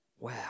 Wow